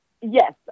Yes